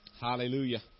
Hallelujah